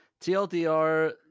tldr